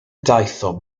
daethom